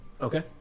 Okay